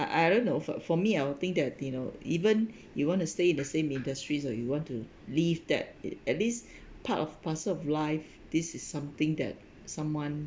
I don't know for for me I will think that you know even you want to stay in the same industries or you want to leave that at least part of parcel of life this is something that someone